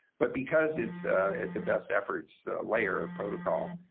but because it's it's a best efforts layer of protocol,